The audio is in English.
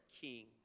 king